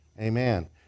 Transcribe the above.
Amen